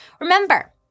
Remember